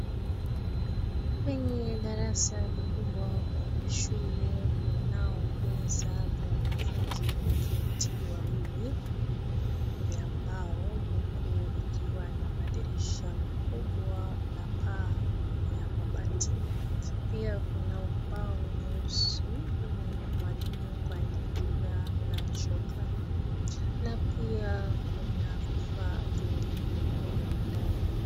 Kwenye darasa kikubwa kwenye shule unao meza vya wanafunzi kuketi wawili vya mbao, huku ikiwa na madirisha makubwa na paa ya mabati. Pia kuna ubao nyeusi wenye mwalimu kuandikia na chokaa na pia kuna vifaa vingine humo ndani.